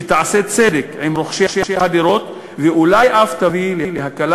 שתעשה צדק עם רוכשי הדירות ואולי אף תביא להקלה